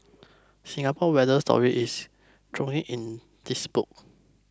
Singapore water story is in this book